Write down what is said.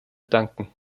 danken